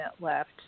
left